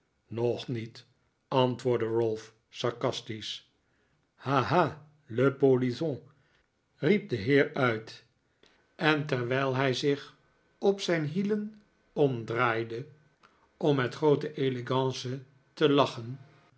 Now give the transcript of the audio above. nog niet antwoordde ralph sarcastisch ha ha le polisson riep de heer uit en terwijl hij zich op zijn hielen omdraaide om met groote elegance te lachen